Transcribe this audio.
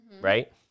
right